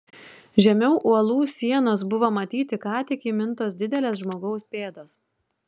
žemiau uolų sienos buvo matyti ką tik įmintos didelės žmogaus pėdos